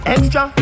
Extra